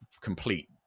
complete